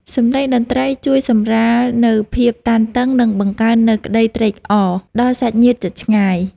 សំឡេងតន្ត្រីជួយសម្រាលនូវភាពតានតឹង និងបង្កើននូវក្ដីត្រេកអរដល់សាច់ញាតិជិតឆ្ងាយ។